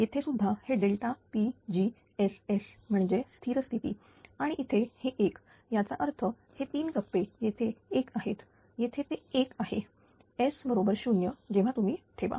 येथेसुद्धा हे pgss म्हणजे स्थिर स्थिती आणि इथे हे 1 याचा अर्थ हे 3 कप्पे येथे 1 आहेत येथे ते 1 आहे S बरोबर 0 जेव्हा तुम्ही ठेवा